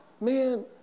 man